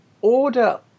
order